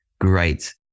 Great